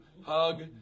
hug